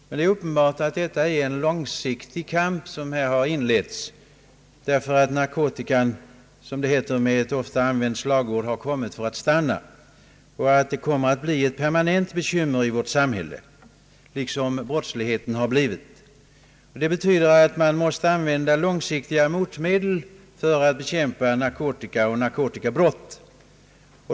Men det är uppenbart att detta är en långsiktig kamp därför att narkotikan — som det heter med ett ofta använt slagord — har kommit för att stanna och torde bli ett permanent bekymmer i vårt samhälle, liksom brottsligheten har blivit det. Det betyder att man måste använda långsiktiga motmedel för att bekämpa narkotikamissbruk och narkotikabrott.